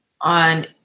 on